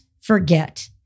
forget